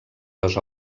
les